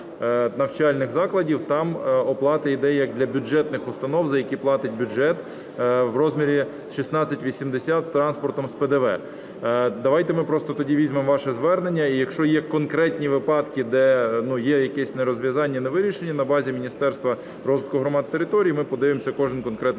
навчальних закладів, там оплата йде як для бюджетних установ, за які платить бюджет в розмірі 16,80 з транспортуванням і з ПДВ. Давайте ми просто тоді візьмемо ваше звернення, і якщо є конкретні випадки, де є якесь нерозв'язання, невирішення, на базі Міністерства розвитку громад і територій, ми подивимось кожен конкретний